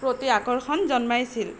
প্ৰতি আকৰ্ষণ জন্মাইছিল